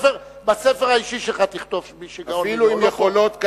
בספר האישי שלך תכתוב שמישהו גאון, לא פה,